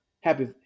Happy